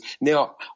Now